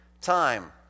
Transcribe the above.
time